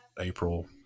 april